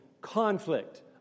conflict